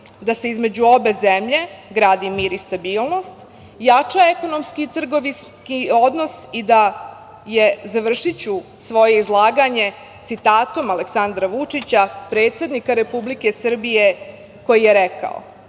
da se između obe zemlje gradi mir i stabilnost, jača ekonomski i trgovinski odnos i završiću svoje izlaganje citatom Aleksandra Vučića, predsednika Republike Srbije koji je rekao